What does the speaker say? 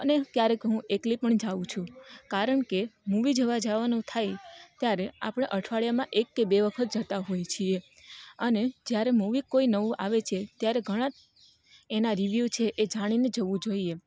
અને ક્યારેક હું એકલી પણ જાઉં છું કારણ કે મૂવી જોવાં જવાનું થાય ત્યારે આપણે અઠવાડિયામાં એક કે બે વખત જતાં હોય છીએ અને જ્યારે મૂવી કોઈ નવું આવે છે ત્યારે ઘણા એનાં રિવ્યુ છે એ જાણીને જવું જોઈએ